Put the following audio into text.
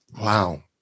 Wow